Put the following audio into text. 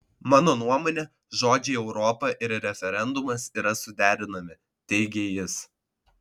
mano nuomone žodžiai europa ir referendumas yra suderinami teigė jis